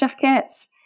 jackets